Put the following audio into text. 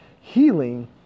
healing